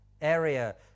area